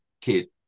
kid